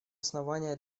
основания